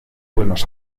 buenos